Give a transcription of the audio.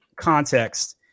context